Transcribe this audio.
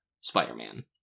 Spider-Man